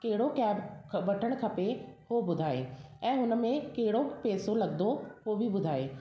कहिड़ो कैब वठणु खपे उहो ॿुधाए ऐं हुन में कहिड़ो पेसो लॻंदो उहो बि ॿुधाए